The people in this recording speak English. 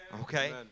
okay